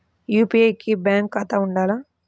UPI కి bank ఖాతా ఉండాల?